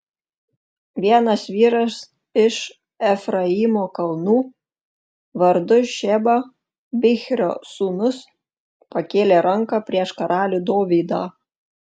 vienas vyras iš efraimo kalnų vardu šeba bichrio sūnus pakėlė ranką prieš karalių dovydą